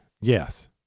Yes